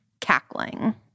cackling